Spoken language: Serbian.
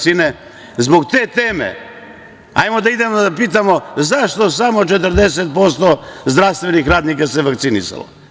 Zbog te teme, hajde da idemo da pitamo zašto samo 40% zdravstvenih radnika se vakcinisalo.